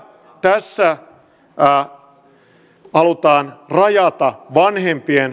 mutta tässä halutaan rajata vanhempien vapautta